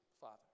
Father